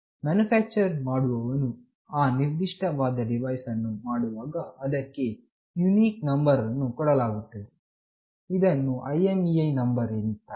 manufacture ಮಾಡುವವನು ಆ ನಿರ್ದಿಷ್ಟ ವಾದ ಡಿವೈಸ್ ಅನ್ನು ಮಾಡುವಾಗ ಅದಕ್ಕೆ ಯುನಿಕ್ ನಂಬರ್ ಅನ್ನು ಕೊಡಲಾಗುತ್ತದೆ ಇದನ್ನು IMEI ನಂಬರ್ ಎನ್ನುತ್ತಾರೆ